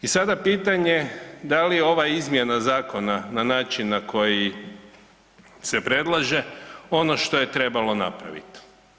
I sada pitanje da li je ova izmjena zakona na način na koji se predlaže ono što je trebalo napraviti?